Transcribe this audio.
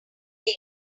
very